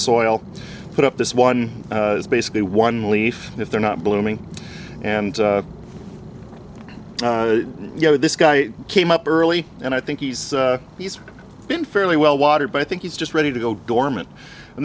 soil put up this one is basically one leaf if they're not blooming and you know this guy came up early and i think he's he's been fairly well watered by i think he's just ready to go dormant